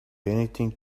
anything